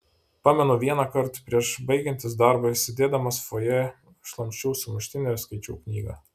pamenu vienąkart prieš baigiantis darbui sėdėdamas fojė šlamščiau sumuštinį ir skaičiau knygą